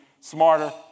smarter